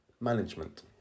Management